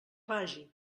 vagi